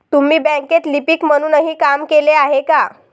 तुम्ही बँकेत लिपिक म्हणूनही काम केले आहे का?